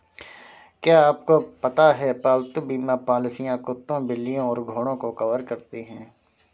क्या आपको पता है पालतू बीमा पॉलिसियां कुत्तों, बिल्लियों और घोड़ों को कवर करती हैं?